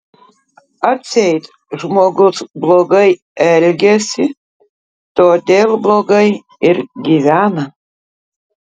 atseit žmogus blogai elgiasi todėl blogai ir gyvena